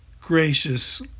Gracious